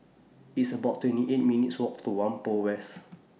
It's about twenty eight minutes' Walk to Whampoa West